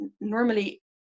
normally